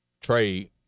trade